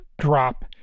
drop